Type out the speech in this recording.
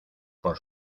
por